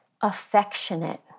Affectionate